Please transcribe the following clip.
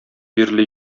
бирле